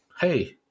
hey